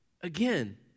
Again